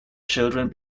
children